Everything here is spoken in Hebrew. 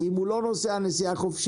כי אם הוא לא נוסע נסיעה חופשית,